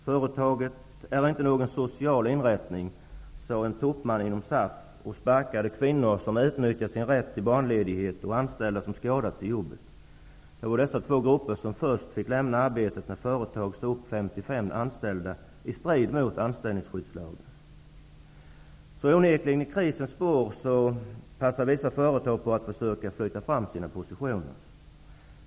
Företaget är inte någon social inrättning, sade en toppman inom SAF och sparkade kvinnor som utnyttjat sin rätt till barnledighet och anställda som skadats i jobbet. Det var dessa två grupper som först fick lämna arbetet när företaget sade upp 55 anställda i strid med anställningsskyddslagen. I krisens spår passar onekligen vissa företag på att försöka flytta fram sina positioner.